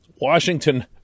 Washington